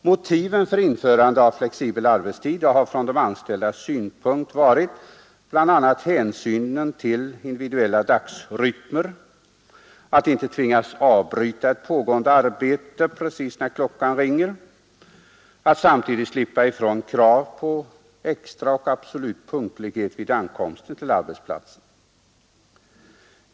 Motiven för införande av flexibel arbetstid har från de anställdas synpunkt varit bl.a. hänsyn till individuella dygnsrytmer, önskemålet att inte tvingas avbryta pågående arbete precis när klockan ringer och samtidigt slippa ifrån krav på absolut punktlighet vid ankomsten till arbetsplatsen.